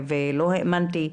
לא האמנתי.